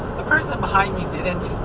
the person behind me didn't,